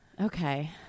Okay